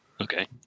Okay